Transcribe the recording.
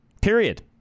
Period